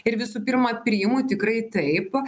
ir visų pirma priimu tikrai taip